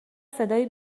صدای